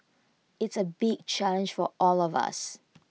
it's A big challenge for all of us